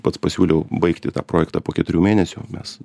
pats pasiūliau baigti tą projektą po keturių mėnesių mes